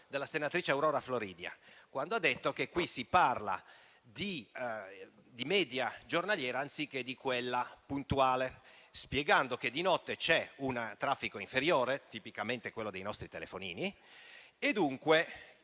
dalla senatrice Aurora Floridia, quando ha detto che in questo provvedimento si fa riferimento alla media giornaliera anziché a quella puntuale, spiegando che di notte c'è un traffico inferiore, tipicamente quello dei nostri telefonini, e dunque